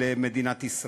של מדינת ישראל.